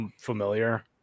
familiar